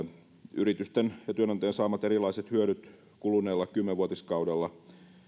yritysten ja työnantajien saamat erilaiset hyödyt kuluneella kymmenvuotiskaudella